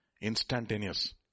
Instantaneous